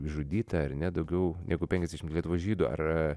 išžudyta ar ne daugiau negu penkiasdešimt lietuvos žydų ar